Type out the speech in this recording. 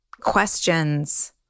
questions